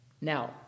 now